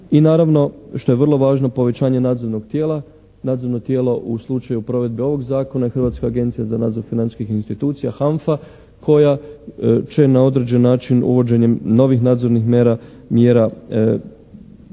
I naravno što je vrlo važno povećanje nadzornog tijela. Nadzorno tijelo u slučaju provedbe ovog zakona i Hrvatska agencija za nadzor financijskih institucija HANFA koja će na određeni način uvođenjem novih nadzornih mjera kreirati